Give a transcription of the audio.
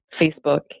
facebook